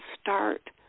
start